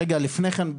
רגע לפני כן,